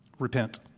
repent